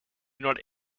not